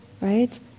right